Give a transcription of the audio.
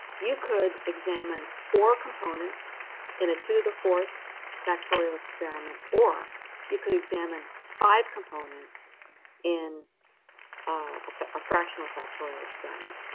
you could examine four components in a two to the fourth factorial experiment, or you could examine five components in a fractional factorial experiment.